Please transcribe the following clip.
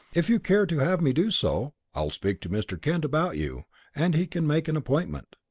if you care to have me do so, i'll speak to mr. kent about you and he can make an appointment.